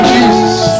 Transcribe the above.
Jesus